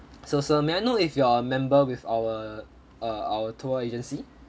so sir may I know if you are a member with our uh our tour agency